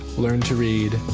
learned to read,